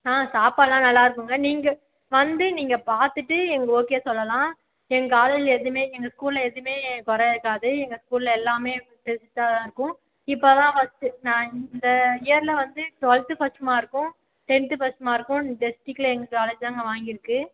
சாப்பாடெலாம் நல்லாயிருக்குங்க நீங்கள் வந்து நீங்கள் பார்த்துட்டு எங்கள் ஓகே சொல்லலாம் எங்கள் காலேஜ்ஜில் எதுவுமே எங்கள் ஸ்கூலில் எதுவுமே குறை இருக்காது எங்கள் ஸ்கூலில் எல்லாமே பெஸ்ட்டாக தான் இருக்கும் இப்போதான் ஃபஸ்ட்டு நான் இந்த இயரில் வந்து டுவெல்த்து ஃபஸ்ட் மார்க்கும் டென்த்து ஃபஸ்ட் மார்க்கும் டிஸ்ட்ரிக்கில் எங்கள் காலேஜ் தாங்க வாங்கியிருக்கு